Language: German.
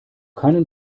keinen